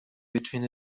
between